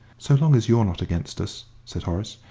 so long as you are not against us, said horace,